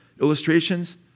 illustrations